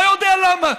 לא יודע למה.